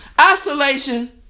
Isolation